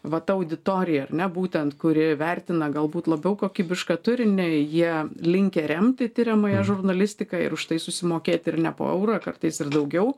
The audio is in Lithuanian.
va ta auditorija ar ne būtent kuri vertina galbūt labiau kokybišką turinį jie linkę remti tiriamąją žurnalistiką ir už tai susimokėti ir ne po eurą kartais ir daugiau